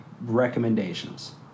recommendations